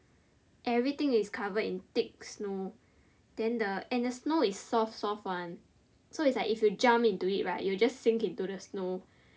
everything is covered in thick snow then the and the snow is soft soft [one] so it's like if you jump into it right you will just sink into the snow